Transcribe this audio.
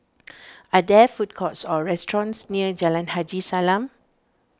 are there food courts or restaurants near Jalan Haji Salam